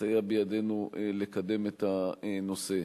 שמסייע בידינו לקדם את הנושא.